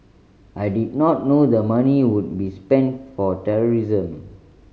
I did not know the money would be spent for terrorism